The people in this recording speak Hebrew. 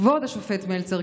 כבוד השופט מלצר,